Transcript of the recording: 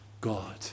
God